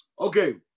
Okay